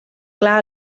clar